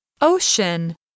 Ocean